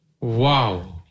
Wow